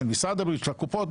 של הקופות,